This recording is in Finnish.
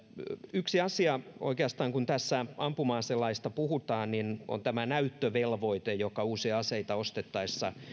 yksi asia oikeastaan kun tässä ampuma aselaista puhutaan on tämä näyttövelvoite joka usein aseita ostettaessa